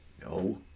No